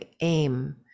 aim